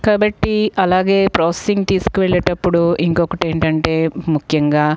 కాబట్టి అలాగే ప్రాసెసింగ్ తీసుకుని వెళ్ళేటప్పుడు ఇంకొకటి ఏంటంటే ముఖ్యంగా